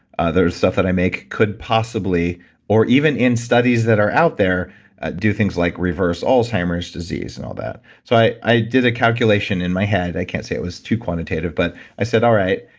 stuff that i make could possibly or even in studies that are out there do things like reverse alzheimer's disease and all that. so i i did a calculation in my head. i can't say it was too quantitative, but i said, all right,